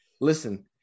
Listen